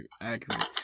accurate